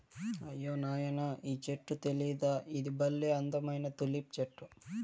అయ్యో నాయనా ఈ చెట్టు తెలీదా ఇది బల్లే అందమైన తులిప్ చెట్టు